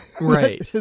Right